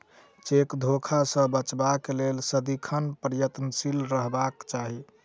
cheque धोखा सॅ बचबाक लेल सदिखन प्रयत्नशील रहबाक चाही